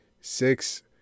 six